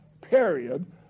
period